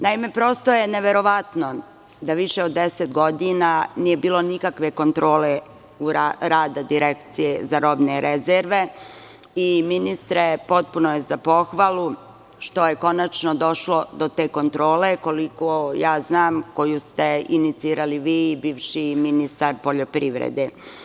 Naime, prosto je neverovatno da više od 10 godina nije bilo nikakve kontrole rada direkcije za robne rezerve i ministre, potpuno je za pohvalu što je konačno došlo do te kontrole, koliko ja znam, koju ste inicirali vi i bivši ministar poljoprivrede.